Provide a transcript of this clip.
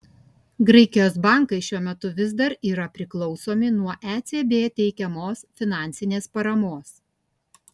graikijos bankai šiuo metu vis dar yra priklausomi nuo ecb teikiamos finansinės paramos